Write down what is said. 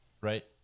Right